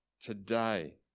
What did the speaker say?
today